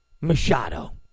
Machado